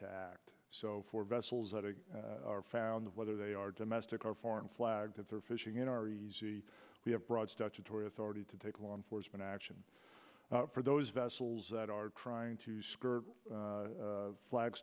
to act so for vessels that are found whether they are domestic or foreign flags or fishing in our easy we have brought statutory authority to take law enforcement action for those vessels that are trying to skirt the flag